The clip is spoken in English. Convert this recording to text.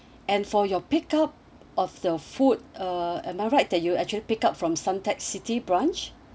and for your pick up of the food uh am I right that you actually pick up from suntec city branch